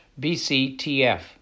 bctf